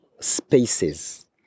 spaces